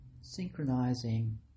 Synchronizing